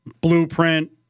blueprint